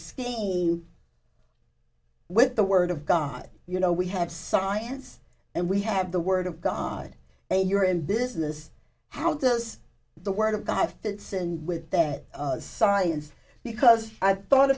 scheme with the word of god you know we have science and we have the word of god and you're in business how does the word of god fits in with that science because i thought